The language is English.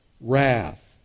wrath